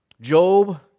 Job